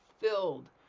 filled